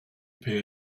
pay